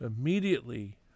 immediately